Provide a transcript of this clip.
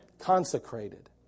consecrated